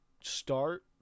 start